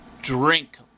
Drink